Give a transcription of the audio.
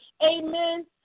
Amen